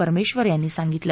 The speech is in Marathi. परमेश्वर यांनी सांगितलं